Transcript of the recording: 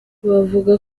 bavuga